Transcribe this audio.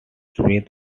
smith